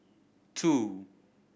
two